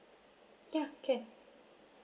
ya can